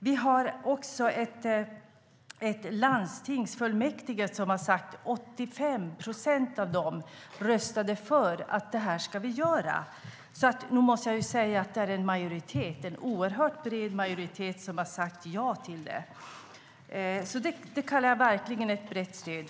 Vi har också ett landstingsfullmäktige som har sagt att 85 procent av dem röstade för att göra det här, så nog måste jag säga att det är en majoritet, en oerhört bred majoritet, som har sagt ja till det. Det kallar jag verkligen ett brett stöd.